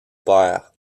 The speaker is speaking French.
père